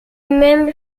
même